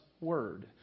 word